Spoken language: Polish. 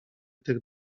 tych